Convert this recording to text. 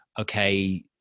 okay